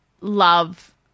love